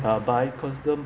but I consider